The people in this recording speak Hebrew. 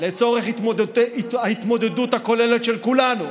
לצורך ההתמודדות הכוללת של כולנו,